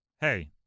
hey